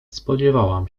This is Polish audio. spodziewałam